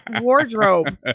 wardrobe